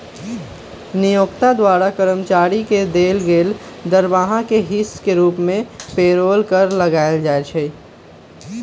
नियोक्ता द्वारा कर्मचारी के देल गेल दरमाहा के हिस के रूप में पेरोल कर लगायल जाइ छइ